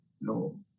no